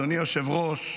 אדוני היושב-ראש,